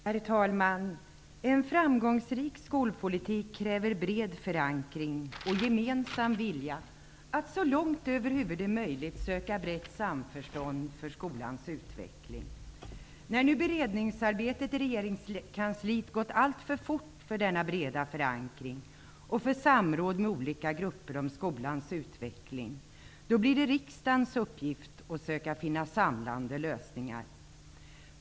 Herr talman! En framgångsrik skolpolitik kräver bred förankring och en gemensam vilja att så långt det över huvud är möjligt söka brett samförstånd för skolans utveckling. När nu beredningsarbetet i regeringskansliet gått alltför fort för en bred förankring och samråd med olika grupper om skolans utveckling, blir det riksdagens uppgift att söka finna samlande lösningar.